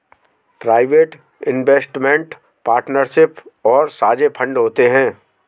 private investment partnership और साझे fund होते हैं